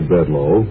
Bedlow